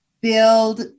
build